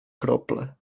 krople